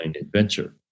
adventure